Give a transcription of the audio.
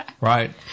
Right